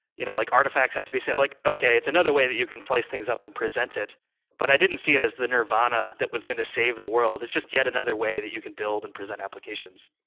you know like artifacts had to be set like, okay. it's another way that you can slice things up and present it, but i didn't see it as the nirvana that was going to save the world. it's just yet another way that you can build and present applications.